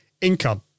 income